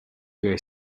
the